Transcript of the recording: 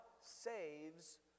saves